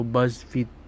BuzzFeed